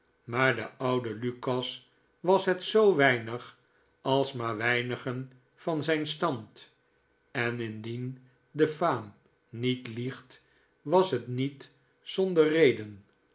maar de oude lukas was hetzooweinig als maar weinigen van zijn stand en indien de faam niet liegt was het niet zonder reden